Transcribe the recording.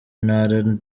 ntara